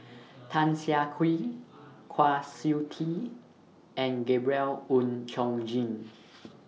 Tan Siah Kwee Kwa Siew Tee and Gabriel Oon Chong Jin